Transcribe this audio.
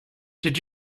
did